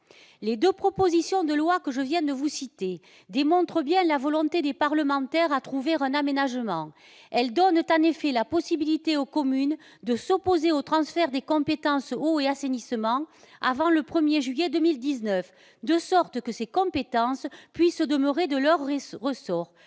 les deux propositions de loi que je viens de vous citer démontrent bien la volonté des parlementaires à trouver un aménagement. Elles donnent en effet la possibilité aux communes de s'opposer au transfert des compétences eau et assainissement avant le 1 juillet 2019, de sorte que ces compétences puissent demeurer de leur ressort.